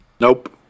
Nope